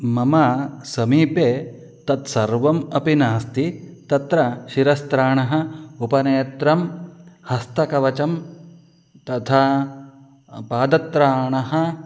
मम समीपे तत्सर्वम् अपि नास्ति तत्र शिरस्त्राणम् उपनेत्रं हस्तकवचं तथा पादत्राणं